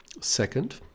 Second